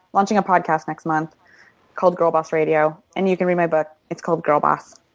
launching a podcast next month called girl boss radio. and you can read my book, it's called girl boss.